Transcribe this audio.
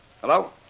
Hello